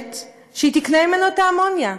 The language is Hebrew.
לגשת שהיא תקנה ממנו את האמוניה.